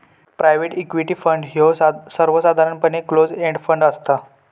private equity fund ह्यो सर्वसाधारणपणे close end fund असता